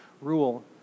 rule